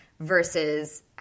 versus